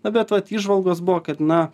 na bet vat įžvalgos buvo kad na